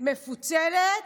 מפוצלת.